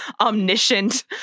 omniscient